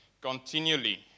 continually